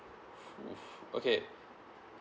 !fuh! okay